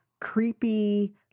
creepy